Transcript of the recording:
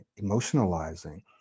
emotionalizing